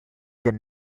then